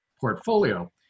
portfolio